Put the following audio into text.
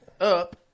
up